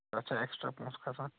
تتھ چھا ایٚکٕسٹرا پونسہٕ کھسان